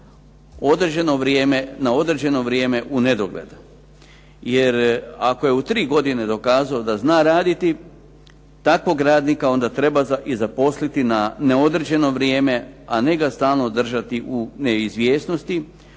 na određeno vrijeme unedogled. Jer ako je u tri godine dokazao da zna raditi takvog radnika onda treba i zaposliti na neodređeno vrijeme a ne ga stalno držati u neizvjesnosti